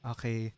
Okay